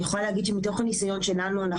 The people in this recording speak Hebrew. אני יכולה להגיד שמתוך הניסיון שלנו אנחנו